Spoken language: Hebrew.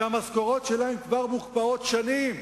שהמשכורות שלהם כבר מוקפאות שנים.